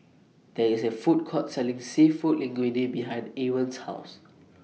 There IS A Food Court Selling Seafood Linguine behind Ewin's House